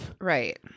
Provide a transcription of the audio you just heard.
Right